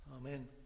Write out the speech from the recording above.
amen